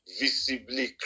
visibly